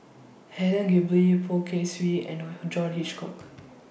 Helen Gilbey Poh Kay Swee and John Hitchcock